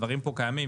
הדברים פה קיימים,